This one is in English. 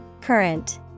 Current